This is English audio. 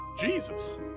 Jesus